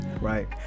right